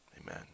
Amen